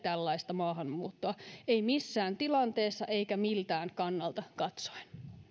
tällaista maahanmuuttoa ei missään tilanteessa eikä miltään kannalta katsoen